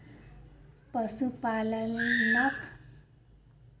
पशुपालनक लेल कृषक के चारा के आवश्यकता छल